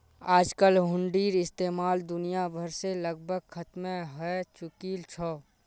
आजकल हुंडीर इस्तेमाल दुनिया भर से लगभग खत्मे हय चुकील छ